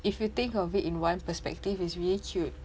if you think of it in one perspective it's really cute